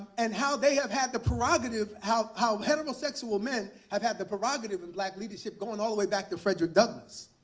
and how they have had the prerogative of how heterosexual men have had the prerogative of black leadership going all the way back to frederick douglass.